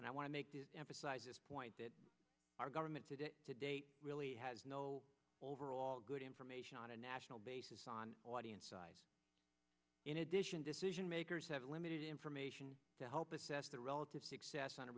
and i want to make to emphasize this point that our government today today really has no overall good information on a national basis on audience size in addition decision makers have limited information to help assess the relative success on a